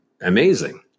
amazing